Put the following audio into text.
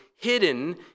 hidden